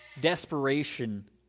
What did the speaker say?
desperation